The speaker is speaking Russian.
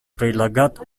прилагать